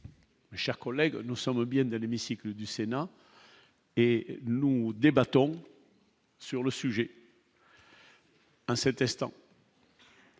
Mes chers collègues, nous sommes bien dans l'hémicycle du Sénat. Et nous nous débattons. Sur le sujet. Hein c'est testant.